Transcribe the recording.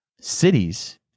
cities